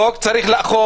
חוק צריך לאכוף.